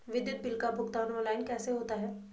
विद्युत बिल का भुगतान ऑनलाइन कैसे होता है?